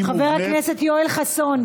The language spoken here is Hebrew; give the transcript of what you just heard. חבר הכנסת יואל חסון,